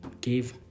give